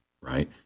right